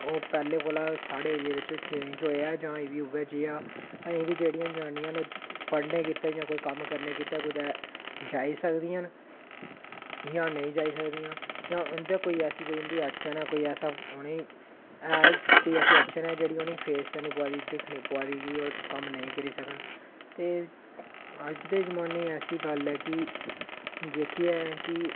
पैह्लें कोला दा साढ़े एरिया च चेंज़ होया ऐ जां उऐ जेहा ऐ अज़ै बी जेह्ड़ियां जनानियां न पढ़नै गित्तै जां कुसै कम्म करनै गित्तै जाई सकदियां न जां नेईं जाई सकदियां जां उंदी कोई अड़चन ऐ जेह्ड़ी कोई अड़चन ऐ जेह्ड़ी उनेंगी फेस करना पवा दी कि ओह् कम्म नेईं करी सकन ते अज्ज दे जमाने च ऐसी गल्ल ऐ जेह्की ऐ कि